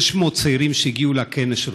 600 הצעירים שהגיעו לכנס שלך,